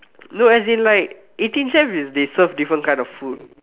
no as in like eighteen chefs is they serve different type of food